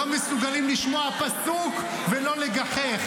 לא מסוגלים לשמוע פסוק ולא לגחך,